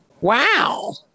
Wow